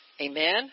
Amen